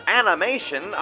animation